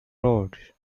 road